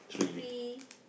three